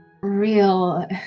real